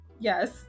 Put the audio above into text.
Yes